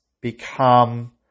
become